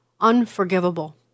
Unforgivable